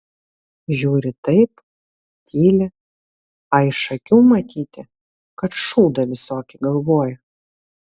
žiūri taip tyli a iš akių matyti kad šūdą visokį galvoja